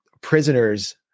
prisoners